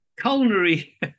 culinary